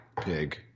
pig